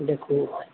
देखू